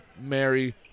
Mary